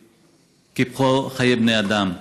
וקופחו חיי בני אדם.